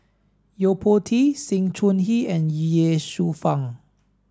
Yo Po Tee Sng Choon he and Ye Shufang